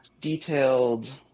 detailed